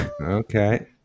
Okay